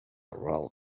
around